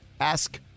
Ask